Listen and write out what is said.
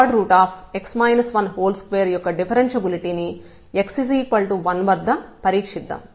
ఇప్పుడు మనం fx13x 12 యొక్క డిఫరెన్షబులిటీ ని x1వద్ద పరీక్షిద్దాం